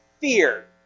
fear